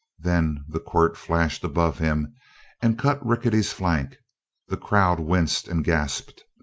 then the quirt flashed above him and cut rickety's flank the crowd winced and gasped.